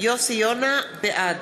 בעד